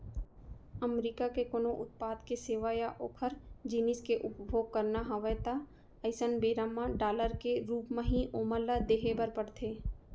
अमरीका के कोनो उत्पाद के सेवा या ओखर जिनिस के उपभोग करना हवय ता अइसन बेरा म डॉलर के रुप म ही ओमन ल देहे बर परथे